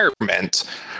environment